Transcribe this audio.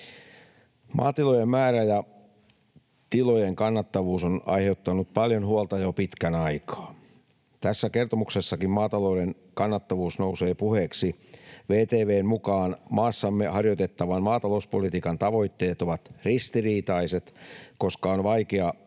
Maatilojen määrä ja tilojen kannattavuus on aiheuttanut paljon huolta jo pitkän aikaa. Tässä kertomuksessakin maatalouden kannattavuus nousee puheeksi. VTV:n mukaan maassamme harjoitettavan maatalouspolitiikan tavoitteet ovat ristiriitaiset, koska on vaikea